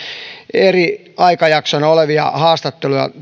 eri aikajaksoina olevia haastatteluja